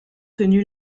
tenu